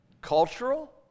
cultural